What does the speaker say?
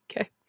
okay